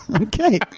Okay